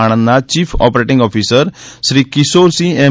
આણંદના chief operating officer Shri Kishorsinh M